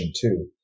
two